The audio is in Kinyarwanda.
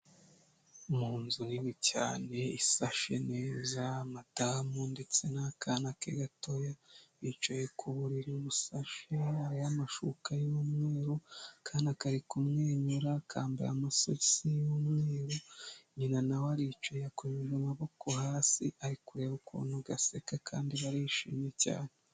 Mu nzu nini cyane isashe neza madamu ndetse n'akana ke gatoya bicaye ku buriri busashe hariho amashuka y'umweru, akana kari kumwe na nyina kambaye amasogisi y'umweru, nyina na we aricaye yakojeje amaboko hasi ari kureba ukuntu gaseka kandi barishimye cyane.